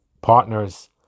partners